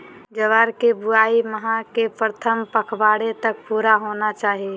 ज्वार की बुआई माह के प्रथम पखवाड़े तक पूरा होना चाही